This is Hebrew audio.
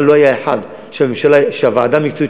אבל לא היה אחד שהוועדה המקצועית